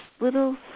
little